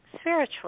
spiritually